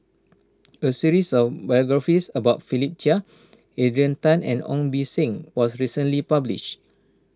a series of biographies about Philip Chia Adrian Tan and Ong Beng Seng was recently published